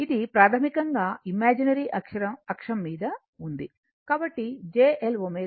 ఇది ప్రాథమికంగా ఇమాజినరీ అక్షం మీద ఉంది కాబట్టి j L ω